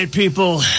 People